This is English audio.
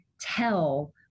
tell